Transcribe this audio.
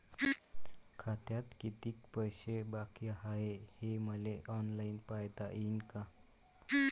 खात्यात कितीक पैसे बाकी हाय हे मले ऑनलाईन पायता येईन का?